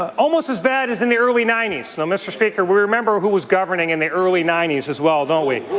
almost as bad as in the early ninety s, so mr. speaker. we we remember who was governing in the early ninety s as well, don't we?